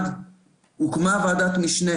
הוקמה ועדת משנה.